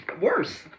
worse